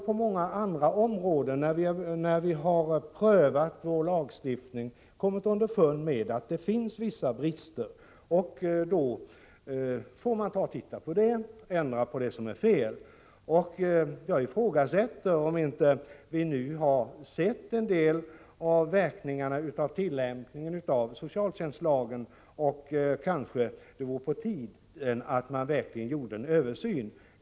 På många andra områden där lagstiftningen har prövats har man ju kommit underfund med vissa brister och då tittat på detta och ändrat det som varit fel. Vi har nu sett en del av verkningarna av tillämpningen av socialtjänstlagen, och jag ifrågasätter om det kanske inte är tid att nu göra en översyn.